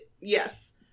yes